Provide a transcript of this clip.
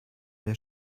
der